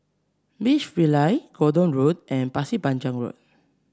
Beach Villas Gordon Road and Pasir Panjang Road